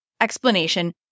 explanation